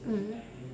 mm